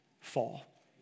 fall